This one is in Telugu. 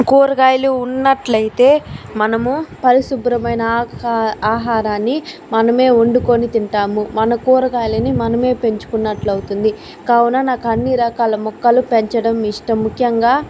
కూరగాయలు ఉన్నట్లయితే మనము పరిశుభ్రమైన ఆహారాన్ని మనమే వండుకొని తింటాము మన కూరగాయలని మనమే పెంచుకున్నట్లు అవుతుంది కావున నాకు అన్ని రకాల మొక్కలు పెంచడం ఇష్టం ముఖ్యంగా